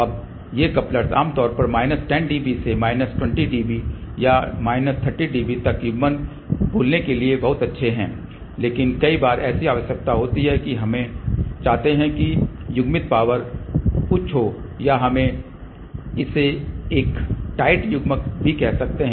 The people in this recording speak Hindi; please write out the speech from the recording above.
अब ये कप्लर्स आमतौर पर माइनस 10 dB से माइनस 20 या माइनस 30 dB तक युग्मन बोलने के लिए अच्छे होते हैं लेकिन कई बार ऐसी आवश्यकता होती है कि हम चाहते हैं कि युग्मित पावर उच्च हो या हम इसे एक टाइट युग्मक भी कह सकते हैं